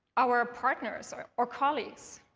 our partners or or colleagues.